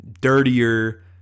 dirtier